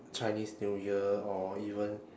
chinese new year or even